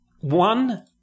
one